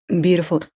Beautiful